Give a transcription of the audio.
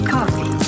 Coffee